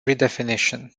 redefinition